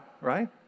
right